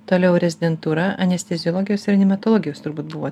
toliau rezidentūra anesteziologijos reanimatologijos turbūt buvo